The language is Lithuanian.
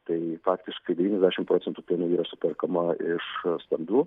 tai faktiškai devyniasdešimt procentų pieno yra superkama iš stambių